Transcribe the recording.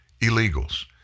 illegals